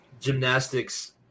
gymnastics